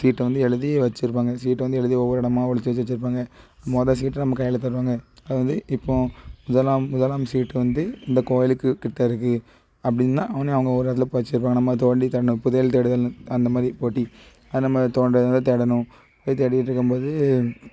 சீட்டை வந்து எழுதி வச்சிருப்பாங்க சீட்டை வந்து எழுதி ஒவ்வொரு இடமாக ஒழித்து வச்சி வச்சிருப்பாங்க முத சீட்டை நம்ம கையில் தருவாங்க அது வந்து இப்போது முதலாம் முதலாம் சீட்டு வந்து இந்த கோயிலுக்கு கிட்ட இருக்குது அப்படின்னா உடனே அவங்க ஒரு இடத்துல புதச்சிருப்பாங்க நம்ம தோண்டி தேடணும் புதையல் தேடுதல்னு அந்த மாதிரி போட்டி அது நம்ம தோண்ட அதை தேடணும் போய் தேடிகிட்ருக்கும்போது